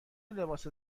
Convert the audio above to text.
لباس